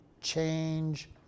change